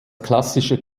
klassische